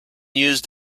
used